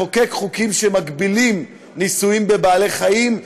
לחוקק חוקים שמגבילים ניסויים בבעלי-חיים,